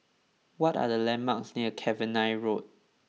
what are the landmarks near Cavenagh Road